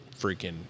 freaking